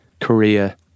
Korea